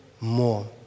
More